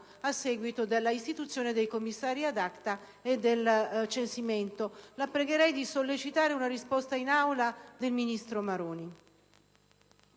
a seguito dell'istituzione dei commissari *ad acta* e del censimento. La pregherei di sollecitare una risposta in Aula del ministro Maroni.